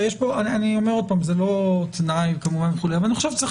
אני אומר עוד פעם זה לא תנאי כמובן וכו' אבל אני חושב שצריך